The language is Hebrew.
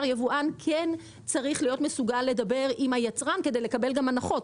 יבואן צריך להיות מסוגל לדבר עם היצרן כדי לקבל הנחות.